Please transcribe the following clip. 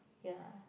ya